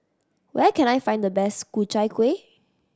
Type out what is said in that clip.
where can I find the best Ku Chai Kueh